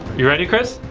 you ready chris?